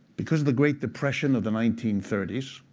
because of the great depression of the nineteen thirty s,